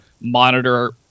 monitor